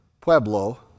Pueblo